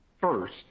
First